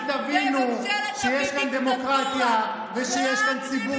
שתבינו שיש כאן דמוקרטיה ושיש כאן ציבור